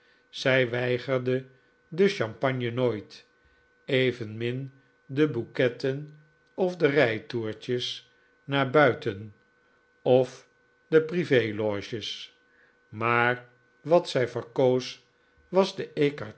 zij weigerde de champagne nooit evenmin de bouquetten of de rijtoertjes naar buiten of de prive loges maar wat zij verkoos was de